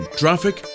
traffic